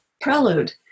Prelude